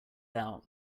out